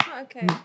okay